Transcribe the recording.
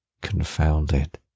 confounded